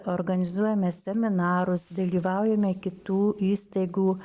organizuojame seminarus dalyvaujame kitų įstaigų